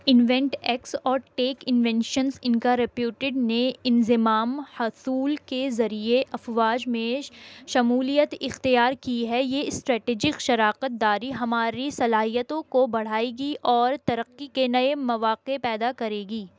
invent X اور tech innovations ان کا رپیوٹیڈ نے انضمام حصول کے ذریعے افواج میں شمولیت اختیار کی ہے یہ اسٹریٹجک شراکت داری ہماری صلاحیتوں کو بڑھائے گی اور ترقی کے نئے مواقع پیدا کرے گی